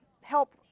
help